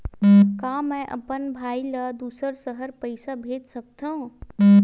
का मैं अपन भाई ल दुसर शहर पईसा भेज सकथव?